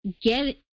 get